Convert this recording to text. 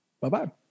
Bye-bye